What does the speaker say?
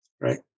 right